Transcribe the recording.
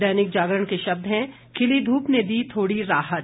दैनिक जागरण के शब्द हैं खिली धूप ने दी थोड़ी राहत